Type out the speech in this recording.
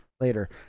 later